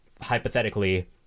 hypothetically